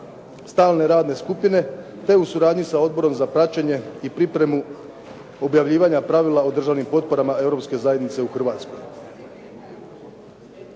stalne radne skupine te u suradnji s Odborom za praćenje i pripremu objavljivanja pravila o državnim potporama Europske zajednice u Hrvatskoj.